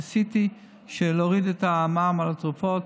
ניסיתי להוריד את המע"מ על התרופות.